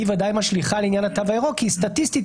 היא ודאי משליכה לעניין התו הירוק כי סטטיסטית